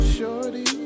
Shorty